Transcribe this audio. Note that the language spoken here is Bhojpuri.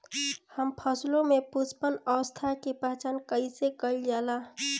हम फसलों में पुष्पन अवस्था की पहचान कईसे कईल जाला?